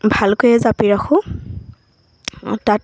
ভালকৈয়ে জাপি ৰাখোঁ তাত